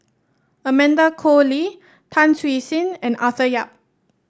Amanda Koe Lee Tan Siew Sin and Arthur Yap